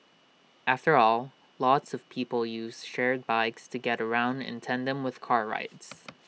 after all lots of people use shared bikes to get around in tandem with car rides